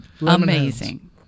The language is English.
Amazing